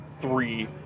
three